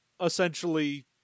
essentially